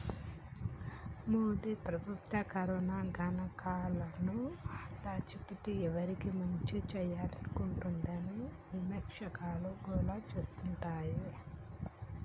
మోదీ ప్రభుత్వం కరోనా గణాంకాలను దాచిపెట్టి ఎవరికి మంచి చేయాలనుకుంటోందని విపక్షాలు గోల చేస్తాండాయి